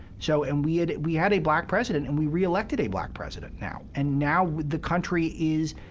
so and we had we had a black president, and we reelected a black president now. and now the country is